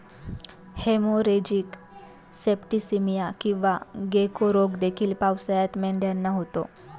haemorrhagic septicaemia किंवा गेको रोग देखील पावसाळ्यात मेंढ्यांना होतो